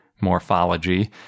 morphology